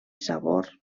sabor